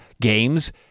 games